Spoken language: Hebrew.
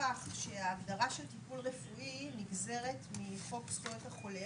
לכך שההגדרה של טיפול נגזרת מחוק זכויות החולה,